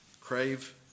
crave